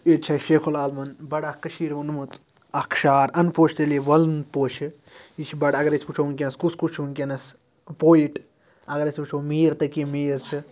ییٚتہِ چھِ اَسہِ شیخ العالمَن بَڑٕ اَکھ کٔشیٖرِ ووٚنمُت اَکھ شعر اَن پوشہِ تیٚلہِ وَلُن پوشہِ یہِ چھِ بَڑٕ اگر أسۍ وٕچھو وٕنۍکٮ۪نَس کُس کُس چھُ وٕنۍکٮ۪نَس پویِٹ اگر أسۍ وٕچھو میٖر تقی میٖر چھِ